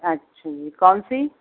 اچھا جی کون سی